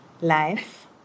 life